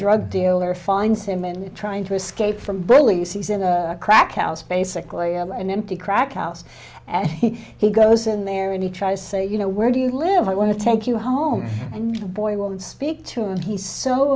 drug dealer finds him and trying to escape from belize he's in a crack house basically an empty crack house and he he goes in there and he tries say you know where do you live i want to take you home and the boy won't speak to him he's so